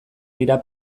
dira